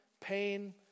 pain